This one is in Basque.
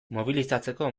mobilizatzeko